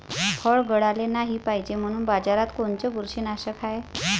फळं गळाले नाही पायजे म्हनून बाजारात कोनचं बुरशीनाशक हाय?